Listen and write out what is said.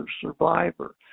survivor